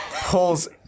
pulls